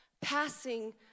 Passing